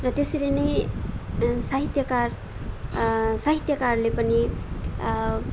र त्यसरी नै साहित्यकार साहित्यकारले पनि